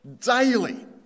daily